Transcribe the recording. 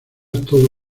todo